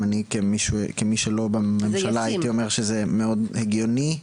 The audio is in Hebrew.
גם אני כמי שלא בממשלה הייתי אומר שזה מאוד הגיוני,